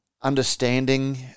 understanding